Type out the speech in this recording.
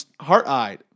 Heart-Eyed